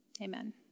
Amen